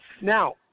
Now